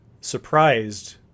surprised